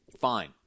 Fine